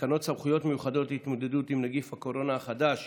תקנות סמכויות מיוחדות להתמודדות עם נגיף הקורונה החדש